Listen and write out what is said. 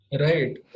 Right